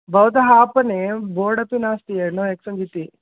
भवतः आपणे बोर्ड अपि नास्ति एर् नो एक्सेन्ज् इति